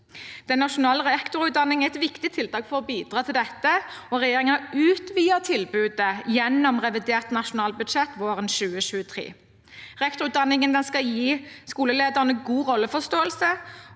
Den nasjonale rektorutdanningen er et viktig tiltak for å bidra til dette, og regjeringen utvidet tilbudet gjennom revidert nasjonalbudsjett våren 2023. Rektorutdanningen skal gi skolelederne god rolleforståelse